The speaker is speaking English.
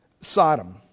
Sodom